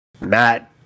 Matt